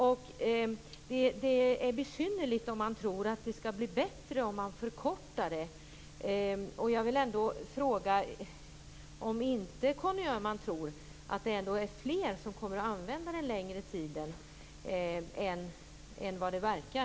Det är besynnerligt att tro att det skall bli bättre om man förkortar det här. Tror inte Conny Öhman att det är fler som kommer att använda den längre tiden än vad det verkar?